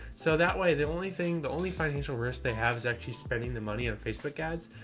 so that way, the only thing, the only financial risk they have is actually spending the money on facebook ads,